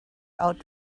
out